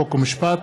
חוק ומשפט,